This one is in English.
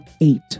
eight